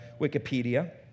Wikipedia